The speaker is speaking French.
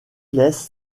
laisse